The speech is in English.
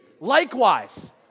likewise